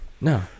No